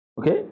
Okay